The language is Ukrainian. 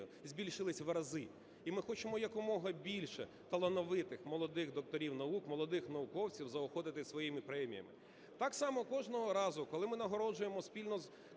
збільшились в рази, і ми хочемо якомога більше талановитих молодих докторів наук, молодих науковців заохотити своїми преміями. Так само кожного разу, коли ми нагороджуємо спільно з